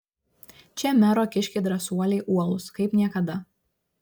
čia mero kiškiai drąsuoliai uolūs kaip niekada